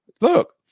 Look